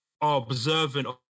observant